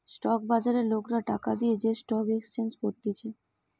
stock বাজারে লোকরা টাকা দিয়ে যে স্টক এক্সচেঞ্জ করতিছে